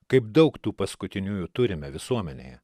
kaip daug tų paskutiniųjų turime visuomenėje